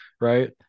right